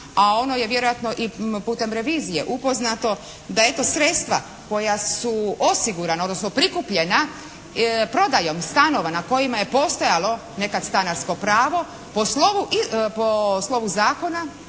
a ono je vjerojatno i putem revizije upoznato da eto sredstva koja su osigurana, odnosno prikupljena prodajom stanova na kojima je postojalo nekad stanarsko pravo po slovu zakonu,